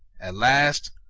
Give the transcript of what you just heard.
at last,